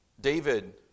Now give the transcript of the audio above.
David